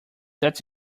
that’s